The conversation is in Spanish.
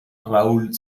raúl